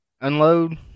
unload